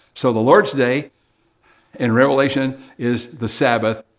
so the lord's day in revelation is the sabbath,